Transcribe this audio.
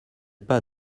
pas